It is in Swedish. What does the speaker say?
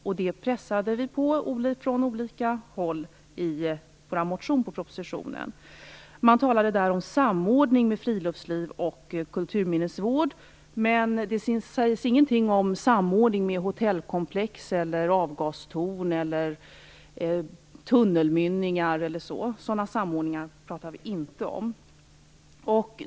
I våra motioner från olika håll med anledning av propositionen pressade vi på för att riksdagen skulle göra det. Man talade där om samordning med friluftsliv och kulturminnesvård, men det sades ingenting om någon samordning med hotellkomplex eller avgastorn, tunnelmynningar eller liknande.